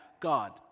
God